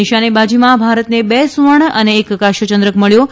નિશાનેબાજીમાં ભારતને બે સુવર્ણ અને એક કાંસ્યચંદ્રક મળ્યો છે